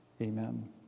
Amen